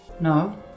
No